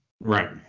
Right